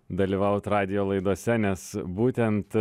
dalyvaut radijo laidose nes būtent